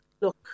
look